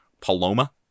Paloma